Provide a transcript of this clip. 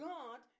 God